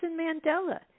Mandela